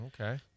Okay